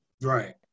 Right